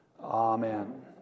Amen